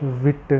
விட்டு